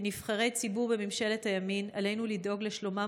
כנבחרי ציבור בממשלת הימין עלינו לדאוג לשלומם